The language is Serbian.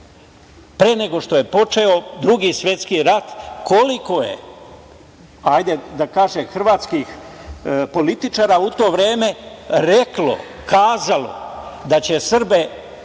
pre nego što je počeo Drugi svetski rat koliko je, hajde da kažem, hrvatskih političara u to vreme reklo, kazalo da će Srbe